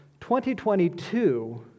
2022